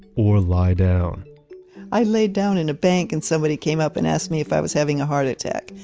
or lie down i laid down in a bank and somebody came up and asked me if i was having a heart attack,